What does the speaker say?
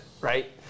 Right